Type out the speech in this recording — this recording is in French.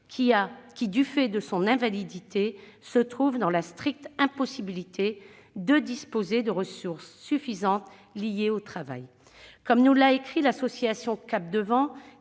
qui, du fait de son invalidité, se trouve dans la stricte impossibilité de disposer de ressources suffisantes liées au travail. Comme elle nous l'a écrit, l'association Cap'devant